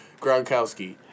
Gronkowski